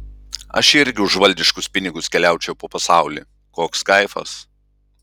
aš irgi už valdiškus pinigus keliaučiau po pasaulį koks kaifas